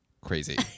crazy